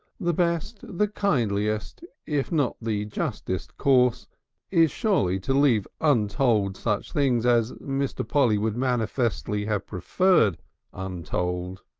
the best, the kindliest, if not the justest course is surely to leave untold such things as mr. polly would manifestly have preferred untold.